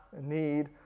need